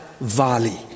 valley